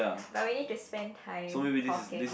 but we need to spend time talking